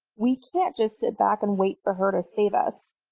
we can't just sit back and wait for her to save us.